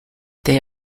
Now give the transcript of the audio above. they